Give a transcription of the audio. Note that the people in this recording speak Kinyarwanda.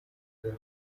ugize